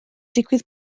digwydd